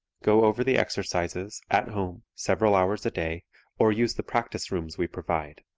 go over the exercises, at home, several hours a day or use the practice rooms we provide.